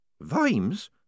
Vimes